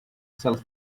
sells